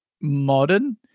modern